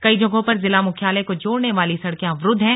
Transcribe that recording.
कई जगहों पर जिला मुख्यालय को जोड़ने वाली सड़कें अवरूद्व हैं